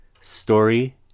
story